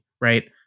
Right